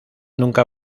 nunca